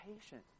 patient